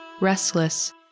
restless